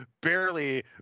Barely